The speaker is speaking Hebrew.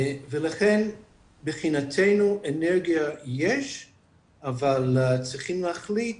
ולכן מבחינתנו, אנרגיה יש אבל צריכים להחליט